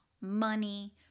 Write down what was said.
money